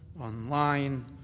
online